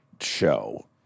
show